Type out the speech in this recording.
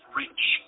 rich